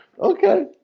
Okay